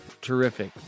terrific